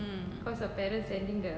mm